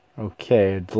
Okay